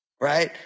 Right